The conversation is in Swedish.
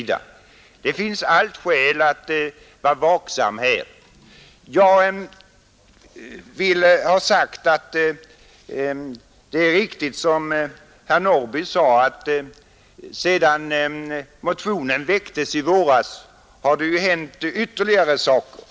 Det finns alltid skäl att vara vaksam här. Nr 124 Det är riktigt som herr Norrby sade att sedan motionen väcktes i våras Onsdagen den har det hänt ytterligare saker.